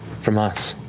from us,